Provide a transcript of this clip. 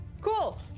Cool